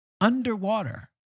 underwater